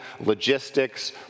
logistics